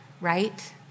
right